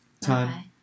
time